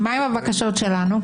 מה עם הבקשות שלנו?